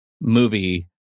movie